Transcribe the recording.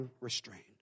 unrestrained